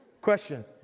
Question